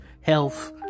health